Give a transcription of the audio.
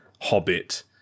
hobbit